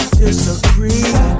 disagree